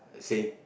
say